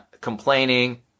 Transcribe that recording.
complaining